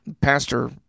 pastor